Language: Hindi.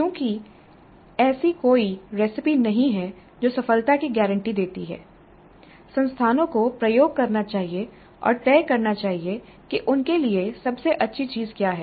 चूंकि ऐसी कोई रेसिपी नहीं है जो सफलता की गारंटी देती हो संस्थानों को प्रयोग करना चाहिए और तय करना चाहिए कि उनके लिए सबसे अच्छी चीज क्या है